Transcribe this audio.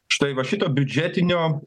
štai va šito biudžetinio